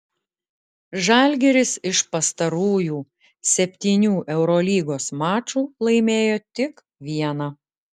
žalgiris iš pastarųjų septynių eurolygos mačų laimėjo tik vieną